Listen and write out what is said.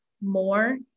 more